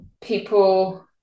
people